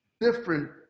different